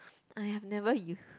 I have never use